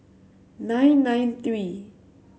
nine nine three